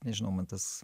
nežinau man tas